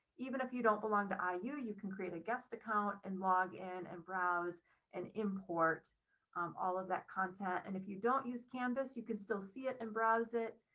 even if you don't belong to ah iu, you can create a guest account and log in and browse and import um all of that content. and if you don't use canvas, you can still see it and browse it.